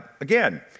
again